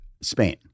Spain